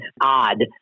odd